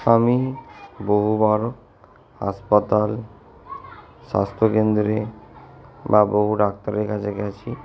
আমি বহুবার হাসপাতাল স্বাস্থ্যকেন্দ্রে বা বহু ডাক্তারের কাছে গিয়েছি